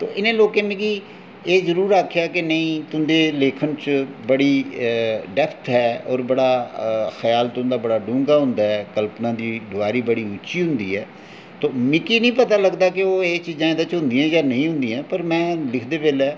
इनें लोकें मिगी एह् जरूर आखेआ कि नेईं तुं'दे लेखन च बड़ी डैप्थ ऐ होर ख्याल तुंदा बड़ा डूहंगा होंदा ऐ कल्पना दी डोआरी बड़ी उच्ची होंदी ऐ ते मिगी निं पता चलदा की ओह् चीज़ां एह्दे च होंदियां जां नेईं होंदियां पर में लिखदे बेल्लै